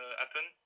happen